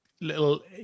little